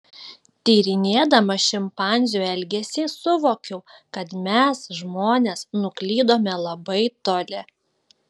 tyrinėdama šimpanzių elgesį suvokiau kad mes žmonės nuklydome labai toli